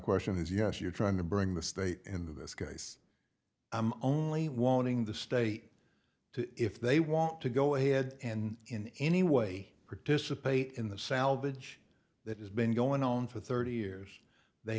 question is yes you're trying to bring the state in this case i'm only wanting the state to if they want to go ahead and in any way participate in the salvage that has been going on for thirty years they